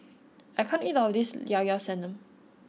I can't eat all of this Llao Llao Sanum